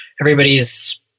everybody's